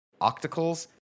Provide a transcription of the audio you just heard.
Octacles